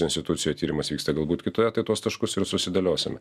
institucijų tyrimas vyksta galbūt kitoje tai tuos taškus ir susidėliosim